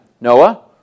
Noah